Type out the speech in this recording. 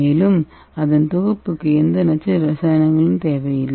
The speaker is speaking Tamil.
மேலும் அதன் தொகுப்புக்கு எந்த நச்சு இரசாயனங்களும் தேவையில்லை